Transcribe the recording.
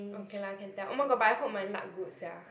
okay lah can tell oh my god but I hope my luck good sia